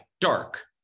dark